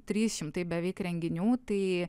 trys šimtai beveik renginių tai